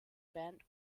band